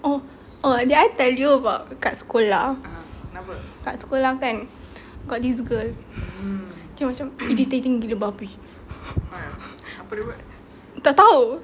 oh oh did I tell you about kat sekolah kat sekolah kan got this girl dia macam irritating gila babi tak tahu